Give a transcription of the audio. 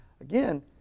again